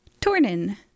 Tornin